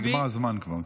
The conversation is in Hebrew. נגמר הזמן.